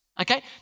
Okay